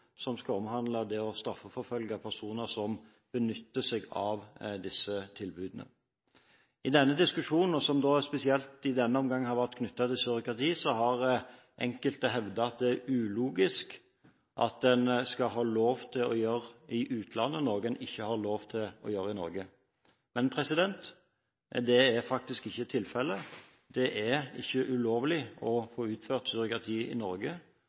som skal omhandle det å straffeforfølge personer som benytter seg av disse tilbudene. I denne diskusjonen, som spesielt i denne omgang har vært knyttet til surrogati, har enkelte hevdet at det er ulogisk at en skal ha lov til å gjøre i utlandet noe en ikke har lov til å gjøre i Norge. Men det er faktisk ikke tilfellet. Det er ikke ulovlig å få utført surrogati i Norge,